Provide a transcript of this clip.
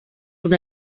una